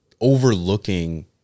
overlooking